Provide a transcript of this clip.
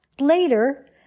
later